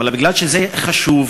אבל מכיוון שזה חשוב,